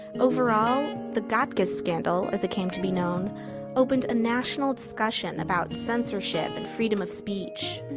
over all, the gatkes scandal as it came to be known opened a national discussion about censorship and freedom of speech.